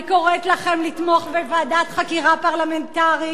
אני קוראת לכם לתמוך בוועדת חקירה פרלמנטרית